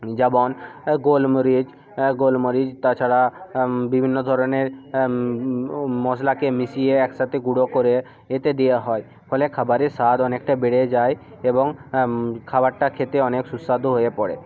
যেবন গোলমরিচ গোলমরিচ তাছাড়া বিভিন্ন ধরনের মশলাকে মিশিয়ে একসাথে গুঁড়ো করে এতে দেয়া হয় ফলে খাবারের স্বাদ অনেকটা বেড়ে যায় এবং খাবারটা খেতে অনেক সুস্বাদু হয়ে পড়ে